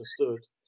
understood